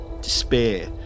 despair